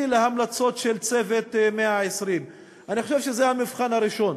להמלצות של "צוות 120". אני חושב שזה המבחן הראשון,